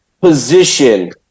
position